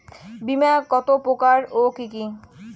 বীমা কত প্রকার ও কি কি?